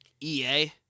EA